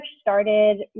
started